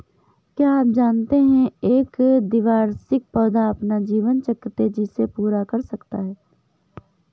क्या आप जानते है एक द्विवार्षिक पौधा अपना जीवन चक्र तेजी से पूरा कर सकता है?